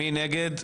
מי נגד?